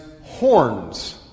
horns